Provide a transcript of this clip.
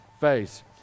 face